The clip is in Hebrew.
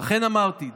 לכן אמרתי,